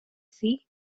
see